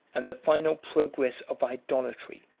and the final progress of idolatry,